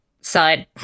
side